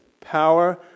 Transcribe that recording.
power